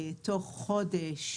תוך חודש